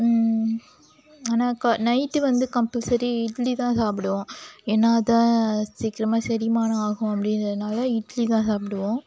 ஆனால் நைட்டு வந்து கம்பெல்சரி இட்லிதான் சாப்பிடுவோம் ஏன்னால் அதுதான் சீக்கிரமாக செரிமானம் ஆகும் அப்படிங்குறதுனால இட்லிதான் சாப்பிடுவோம்